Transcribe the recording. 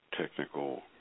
technical